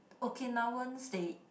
Okinawans they